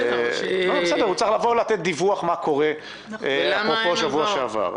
הוא צריך לדווח על מה שקורה אפרופו שבוע שעבר.